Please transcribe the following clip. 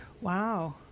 Wow